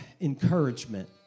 encouragement